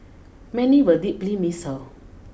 many will deeply miss her